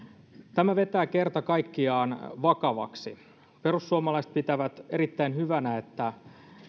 tämä vetää kerta kaikkiaan vakavaksi perussuomalaiset pitävät erittäin hyvänä että